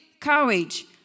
courage